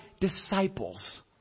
disciples